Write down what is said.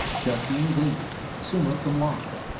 justine glieger, summa cum laude.